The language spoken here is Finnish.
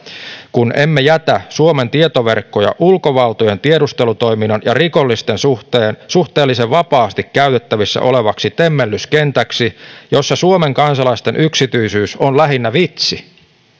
kun emme jätä suomen tietoverkkoja ulkovaltojen tiedustelutoiminnan ja rikollisten suhteellisen vapaasti käytettävissä olevaksi temmellyskentäksi jossa suomen kansalaisten yksityisyys on lähinnä vitsi